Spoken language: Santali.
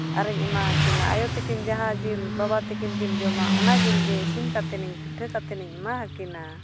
ᱟᱨᱤᱧ ᱮᱢᱟ ᱠᱤᱱᱟ ᱟᱭᱳ ᱛᱟᱹᱠᱤᱱ ᱡᱟᱦᱟᱸ ᱡᱤᱞ ᱵᱟᱵᱟ ᱛᱟᱹᱠᱤᱱ ᱠᱤᱱ ᱡᱚᱢᱟ ᱚᱱᱟ ᱡᱤᱞ ᱜᱮ ᱤᱥᱤᱱ ᱠᱟᱛᱮᱫ ᱤᱧ ᱯᱤᱴᱷᱟᱹ ᱠᱟᱛᱮᱫ ᱤᱧ ᱮᱢᱟ ᱟᱹᱠᱤᱱᱟ